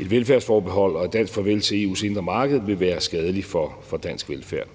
Et velfærdsforbehold og et dansk farvel til EU's indre marked vil være skadeligt for dansk velfærd.